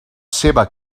seva